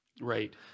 right